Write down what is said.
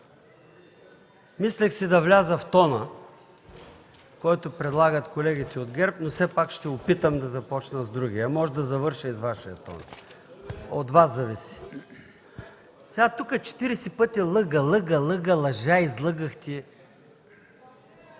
Мислех си да вляза в тона, който предлагат колегите от ГЕРБ, но все пак ще се опитам да започна с другия, а може да завърша и с Вашия тон, от Вас зависи. Тук 40 пъти „лъга”, „лъга”, „лъга”, „лъжа”, „излъгахте”.